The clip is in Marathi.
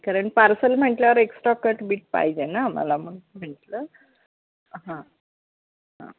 कारण पार्सल म्हटल्यावर एक्स्ट्रा कट बिट पाहिजे ना आम्हाला म्हणून म्हटलं हां हां